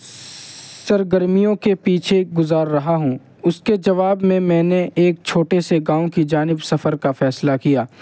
سرگرمیوں کے پیچھے گزار رہا ہوں اس کے جواب میں میں نے ایک چھوٹے سے گاؤں کی جانب سفر کا فیصلہ کیا